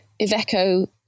Iveco